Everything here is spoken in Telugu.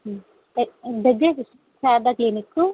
దగ్గే సీస్ శారదా క్లినిక్కు